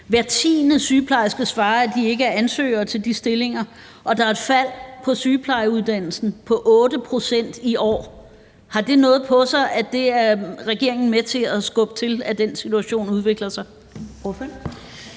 hver tiende sygeplejerske svarer, at de ikke er ansøgere til de stillinger, og der er et fald på sygeplejeuddannelsen på 8 pct. i år. Har det noget på sig, at regeringen er med til at skubbe til, at den situation udvikler sig?